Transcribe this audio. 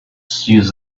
seized